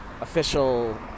official